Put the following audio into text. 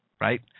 right